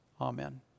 Amen